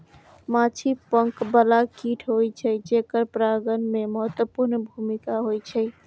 माछी पंख बला कीट होइ छै, जेकर परागण मे महत्वपूर्ण भूमिका होइ छै